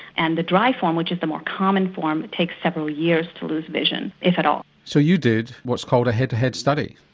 and the dry form, which is the more common form, takes several years to lose vision, if at all. so you did what's called a head-to-head study?